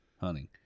hunting